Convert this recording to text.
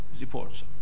reports